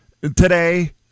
today